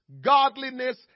godliness